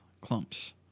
clumps